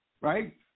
right